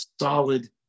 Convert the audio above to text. solid